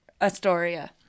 Astoria